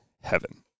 heaven